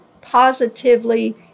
positively